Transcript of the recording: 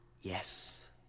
Yes